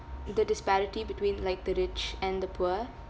the disparity between like the rich and the poor